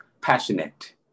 passionate